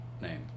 name